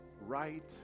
right